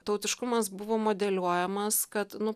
tautiškumas buvo modeliuojamas kad nu